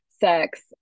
sex